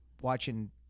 watching